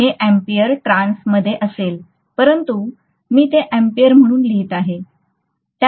हे ampere turns मध्ये असेल परंतु मी ते अँपिअर म्हणून लिहित आहे